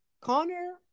Connor